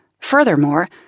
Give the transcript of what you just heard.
Furthermore